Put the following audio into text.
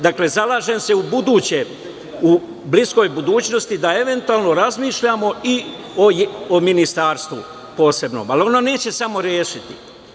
Dakle, zalažemo se u buduće, u bliskoj budućnosti, da eventualno razmišljamo i o posebnom ministarstvu ali ona neće samo rešiti.